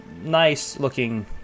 nice-looking